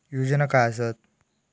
योजना काय आसत?